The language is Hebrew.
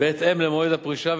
בהתאם למועד הפרישה,